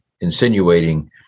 insinuating